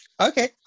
okay